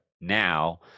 now